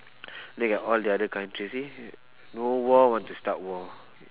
then you got all the other countries you see no war want to start war